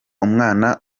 umwana